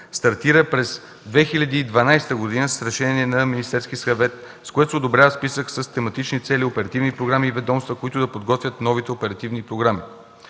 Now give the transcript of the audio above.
стартира през 2012 г. с решение на Министерския съвет, с което одобрява списък с тематични цели, оперативни програми и ведомства, които да подготвят новите оперативни програми.